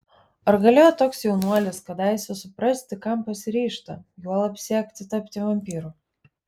ar galėjo toks jaunuolis kadaise suprasti kam pasiryžta juolab siekti tapti vampyru